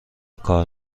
کار